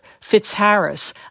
Fitzharris